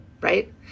right